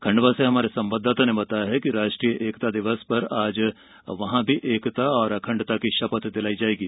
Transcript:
खंडवा से हमारे संवाददाता ने बताया है कि राष्ट्रीय एकता दिवस पर आज वहां भी एकता और अखंडता की शपथ दिलाई जाएगी